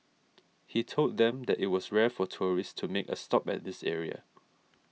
he told them that it was rare for tourists to make a stop at this area